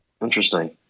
Interesting